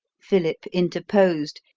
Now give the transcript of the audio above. philip interposed,